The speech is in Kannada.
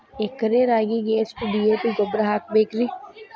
ಎಕರೆ ರಾಗಿಗೆ ಎಷ್ಟು ಡಿ.ಎ.ಪಿ ಗೊಬ್ರಾ ಹಾಕಬೇಕ್ರಿ?